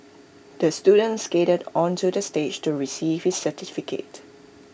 the student skated onto the stage to receive his certificate